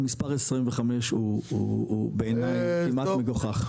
המספר 25 הוא בעיניי כמעט מגוחך.